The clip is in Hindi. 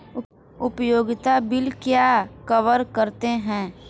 उपयोगिता बिल क्या कवर करते हैं?